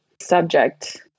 subject